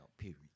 period